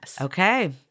Okay